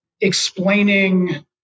explaining